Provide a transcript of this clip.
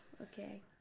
okay